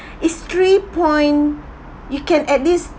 it's three point you can at least